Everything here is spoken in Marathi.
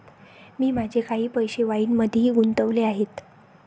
मी माझे काही पैसे वाईनमध्येही गुंतवले आहेत